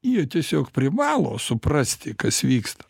jie tiesiog privalo suprasti kas vyksta